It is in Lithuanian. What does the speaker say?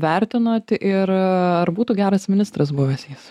vertinot ir ar būtų geras ministras buvęs jis